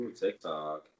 tiktok